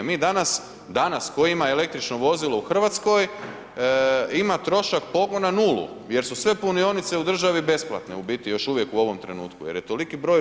Mi danas, danas tko ima električno vozilo u Hrvatskoj ima trošak pogona nulu jer su sve punionice u državi besplatne u biti još uvijek u ovom trenutku jer je toliki broj.